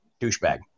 douchebag